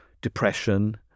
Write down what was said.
depression